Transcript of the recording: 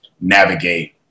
navigate